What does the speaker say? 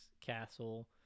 castle